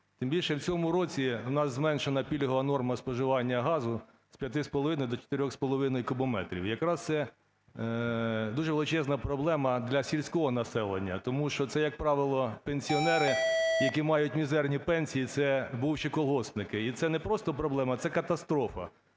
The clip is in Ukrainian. Тим більше в цьому році в нас зменшена пільгова норма споживання газу з 5,5 до 4,5 кубометрів. Якраз це дуже величезна проблема для сільського населення, тому що це як правило пенсіонери, які мають мізерні пенсії, це бувші колгоспники. І це не просто проблема, це – катастрофа.